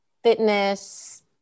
fitness